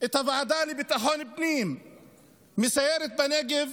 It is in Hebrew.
את הוועדה לביטחון פנים מסיירת בנגב